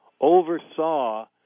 oversaw